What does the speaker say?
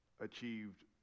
achieved